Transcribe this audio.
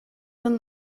than